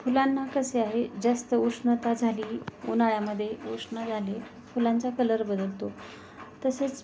फुलांना कसे आहे जास्त उष्णता झाली उन्हाळ्यामध्ये उष्ण झाली फुलांचा कलर बदलतो तसेच